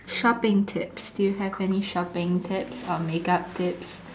shopping tips do you have any shopping tips or makeup tips